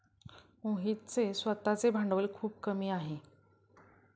मोहितचे स्वतःचे भांडवल खूप कमी आहे